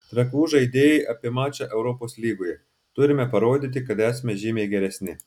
trakų žaidėjai apie mačą europos lygoje turime parodyti kad esame žymiai geresni